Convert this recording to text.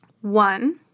One